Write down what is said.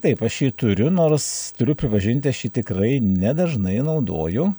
taip aš jį turiu nors turiu pripažinti aš jį tikrai nedažnai naudoju